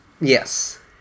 Yes